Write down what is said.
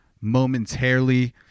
momentarily